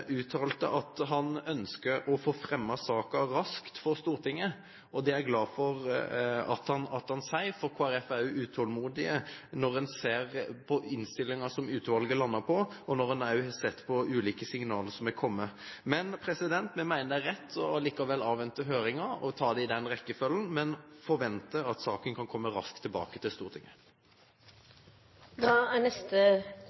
uttalte at han ønsker å få fremmet saken raskt for Stortinget, og det er jeg glad for at han sier, for Kristelig Folkeparti er utålmodige når vi ser på innstillingen som utvalget landet på, og når vi også har sett på ulike signaler som har kommet. Men vi mener det er rett allikevel å avvente høringen og ta det i den rekkefølgen, men forventer at saken kan komme raskt tilbake til